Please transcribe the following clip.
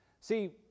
See